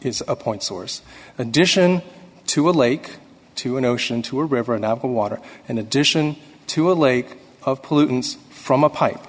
his a point source addition to a lake to an ocean to a river in the water in addition to a lake of pollutants from a pipe